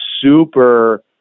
super